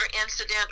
incident